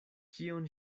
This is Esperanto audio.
kion